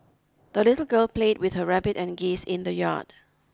the little girl played with her rabbit and geese in the yard